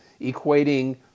equating